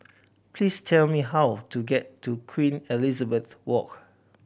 please tell me how to get to Queen Elizabeth Walk